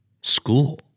School